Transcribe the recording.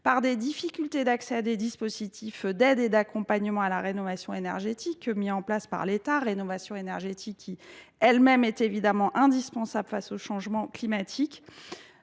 par des difficultés d’accès à des dispositifs d’aide et d’accompagnement à la rénovation énergétique mis en place par l’État, rénovation énergétique elle même évidemment indispensable face aux changements climatiques.